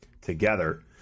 together